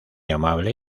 amable